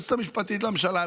היועצת המשפטית לממשלה.